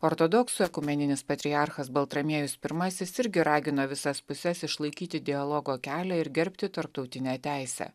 ortodoksų ekumeninis patriarchas baltramiejus pirmasis irgi ragino visas puses išlaikyti dialogo kelią ir gerbti tarptautinę teisę